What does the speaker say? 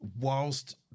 whilst